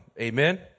Amen